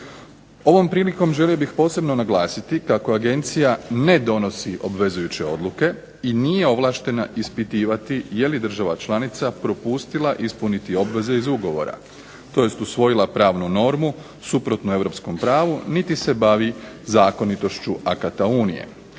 Ovom prilikom želio bih posebno naglasiti kako Agencija ne donosi obvezujuće odluke i nije ovlaštena ispitivati je li država članica propustila ispuniti obveze iz ugovora tj. usvojila pravnu normu suprotno europskom pravu niti se bavi zakonitošću akata Unije.